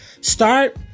Start